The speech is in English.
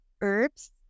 herbs